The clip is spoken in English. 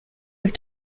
have